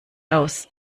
aus